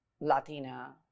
Latina